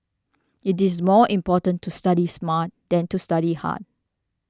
it is more important to study smart than to study hard